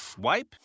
wipe